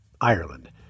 Ireland